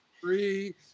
three